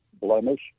blemish